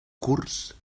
curs